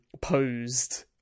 posed